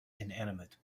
inanimate